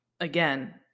again